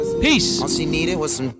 peace